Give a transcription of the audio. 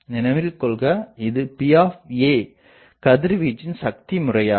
நினைவில் கொள்க இது P கதிர்வீச்சின் சக்தி முறையாகும்